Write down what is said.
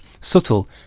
Subtle